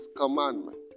commandment